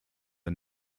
are